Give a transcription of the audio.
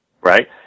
right